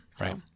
right